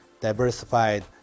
diversified